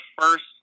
first